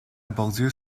bordure